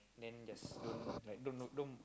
then just don't don't don't